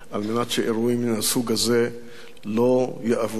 אירועים מן הסוג הזה לא יעברו לסדר-היום.